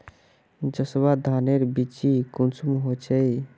जसवा धानेर बिच्ची कुंसम होचए?